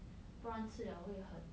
不然吃 liao 会很